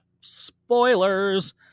Spoilers